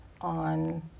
on